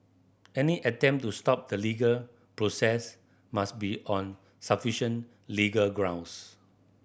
any attempt to stop the legal process must be on sufficient legal grounds